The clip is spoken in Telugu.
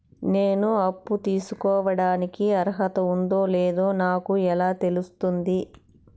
నేను అప్పు తీసుకోడానికి అర్హత ఉందో లేదో నాకు ఎలా తెలుస్తుంది?